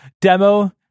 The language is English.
demo